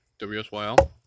WSYL